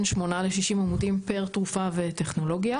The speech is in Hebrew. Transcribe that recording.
שמונה ל-60 עמודים פר תרופה וטכנולוגיה.